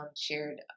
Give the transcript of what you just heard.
shared